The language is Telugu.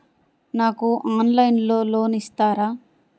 నాకు ఆన్లైన్లో లోన్ ఇస్తారా?